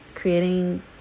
creating